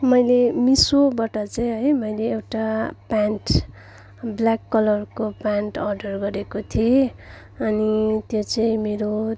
मैले मिसोबाट चाहिँ है मैले एउटा प्यान्ट ब्ल्याक कलरको प्यान्ट अर्डर गरेको थिएँ अनि त्यो चाहिँ मेरो